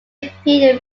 appeared